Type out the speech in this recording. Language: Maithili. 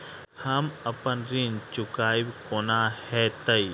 हम अप्पन ऋण चुकाइब कोना हैतय?